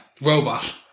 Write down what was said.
Robot